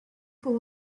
pour